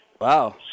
Wow